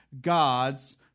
God's